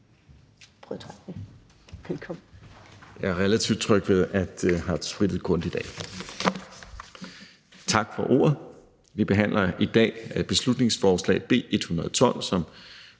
Jeg er relativt tryg ved, at her er sprittet grundigt af. Tak for ordet. Vi behandler i dag beslutningsforslag nr. B 112, som